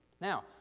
Now